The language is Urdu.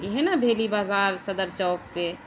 یہ ہے نا بھیلی بازار صدر چوک پہ